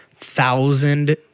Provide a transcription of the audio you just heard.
thousand